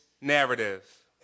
narrative